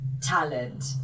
talent